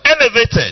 elevated